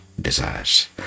desires